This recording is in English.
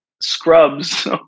scrubs